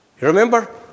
Remember